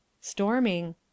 Storming